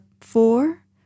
four